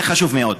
זה חשוב מאוד.